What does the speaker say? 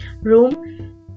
room